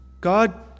God